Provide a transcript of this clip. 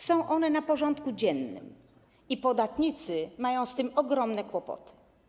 Są one na porządku dziennym i podatnicy mają z tym ogromne kłopoty.